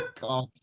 God